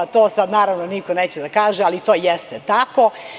To sad naravno niko neće da kaže, ali to jeste tako.